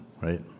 right